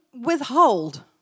withhold